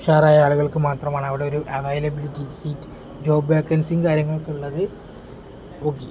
ഉഷറായ ആളുകൾക്ക് മാത്രമാണ് അവിടെ ഒരു അവൈലബിലിറ്റി സീറ്റ് ജോബ് വേക്കൻസിയും കാര്യങ്ങളൊക്കെ ഉള്ളത് പോക്കി